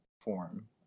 form